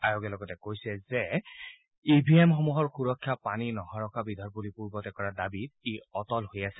আয়োগে লগতে কৈছে যে ই ভি এমসমূহৰ সুৰক্ষা পানী নসৰকা বিধৰ বুলি পূৰ্বতে কৰা দাবীত ই অটল হৈ আছে